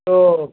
تو